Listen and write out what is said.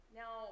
now